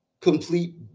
complete